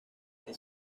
que